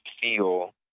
feel